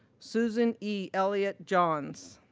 susan e. elliott-johns,